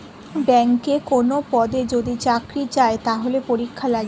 ব্যাংকে কোনো পদে যদি চাকরি চায়, তাহলে পরীক্ষা লাগে